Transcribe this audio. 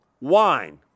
wine